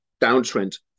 downtrend